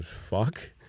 Fuck